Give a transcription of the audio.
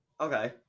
Okay